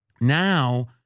Now